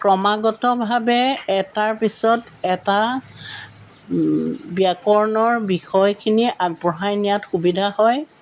ক্ৰমাগতভাৱে এটাৰ পিছত এটা ব্যাকৰণৰ বিষয়খিনিয়ে আগবঢ়াই নিয়াত সুবিধা হয়